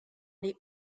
les